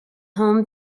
home